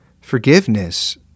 Forgiveness